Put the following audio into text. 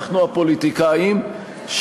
אנחנו הפוליטיקאים,